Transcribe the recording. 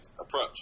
approach